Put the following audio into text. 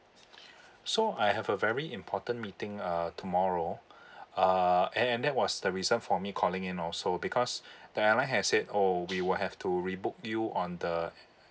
so I have a very important meeting uh tomorrow uh and that was the reason for me calling in also because the airline has said oh we will have to rebook you on the